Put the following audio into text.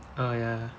uh ya ya